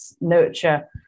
nurture